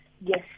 yes